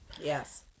Yes